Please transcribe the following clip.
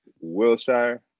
Wilshire